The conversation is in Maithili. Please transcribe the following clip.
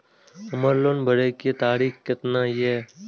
हमर लोन भरे के तारीख केतना ये?